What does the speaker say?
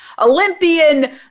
Olympian